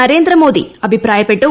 നരേന്ദ്രമോദി അഭിപ്രായപ്പെട്ടു